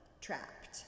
trapped